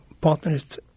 partners